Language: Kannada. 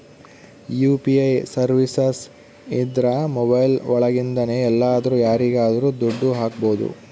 ಯು.ಪಿ.ಐ ಸರ್ವೀಸಸ್ ಇದ್ರ ಮೊಬೈಲ್ ಒಳಗಿಂದನೆ ಎಲ್ಲಾದ್ರೂ ಯಾರಿಗಾದ್ರೂ ದುಡ್ಡು ಹಕ್ಬೋದು